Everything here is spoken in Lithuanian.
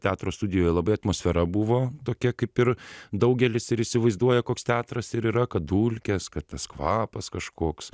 teatro studijoje labai atmosfera buvo tokia kaip ir daugelis ir įsivaizduoja koks teatras ir yra kad dulkės kad tas kvapas kažkoks